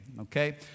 okay